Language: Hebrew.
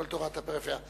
כל תורת הפריפריה.